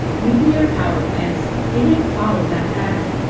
nuclear power plants didn't follow that pattern.